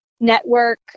network